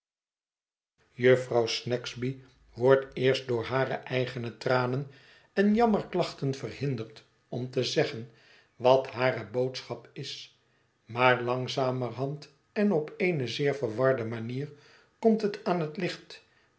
jufvrouw jufvrouw snagsby wordt eerst door hare eigene tranen en jammerklachten verhinderd om te zeggen wat hare boodschap is maar langzamerhand en op eene zeer verwarde manier komt het aan het licht